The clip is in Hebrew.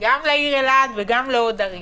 גם לעיר אילת וגם לעוד ערים,